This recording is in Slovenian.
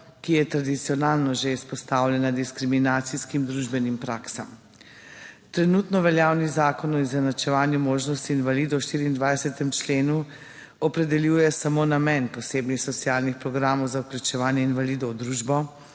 ki je že tradicionalno izpostavljena diskriminacijskim družbenim praksam. Trenutno veljavni Zakon o izenačevanju možnosti invalidov v 24. členu opredeljuje samo namen posebnih socialnih programov za vključevanje invalidov v družbo,